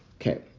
Okay